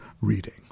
reading